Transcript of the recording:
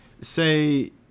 Say